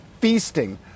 feasting